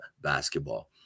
basketball